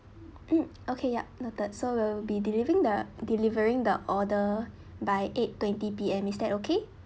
mm okay yup noted so we'll be delivering the delivering the order by eight twenty P_M is that okay